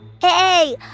Hey